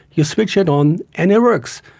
you switch it on and it works,